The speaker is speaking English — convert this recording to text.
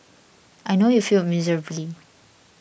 I know you failed miserably